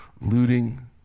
Looting